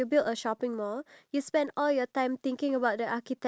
okay if you have three wishes what would you wish for